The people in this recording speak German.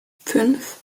fünf